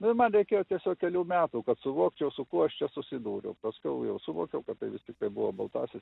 bet man reikėjo tiesiog kelių metų kad suvokčiau su kuo aš čia susidūriau paskiau jau suvokiau kad tai vis tiktai buvo baltasis